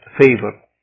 favor